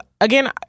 again